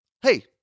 Hey